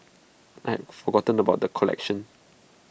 I had forgotten about the collection